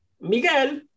Miguel